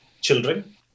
children